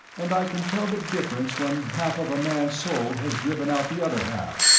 and i can tell the difference when half of a man's soul has driven out the other half.